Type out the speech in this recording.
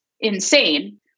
insane